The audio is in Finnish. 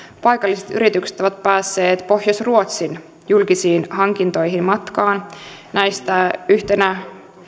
paikalliset yritykset ovat päässeet pohjois ruotsin julkisiin hankintoihin matkaan näistä yhtenä